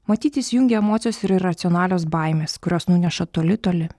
matyt įsijungia emocijos ir iracionalios baimės kurios nuneša toli toli